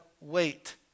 wait